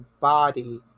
body